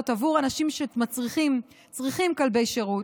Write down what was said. הוא עבור אנשים שצריכים כלבי שירות,